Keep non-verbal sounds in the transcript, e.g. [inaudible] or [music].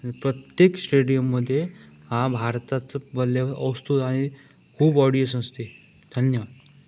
प्रत्येक स्टेडियममध्ये हा भारताच [unintelligible] आणि खूप ऑडियन्स असते धन्यवाद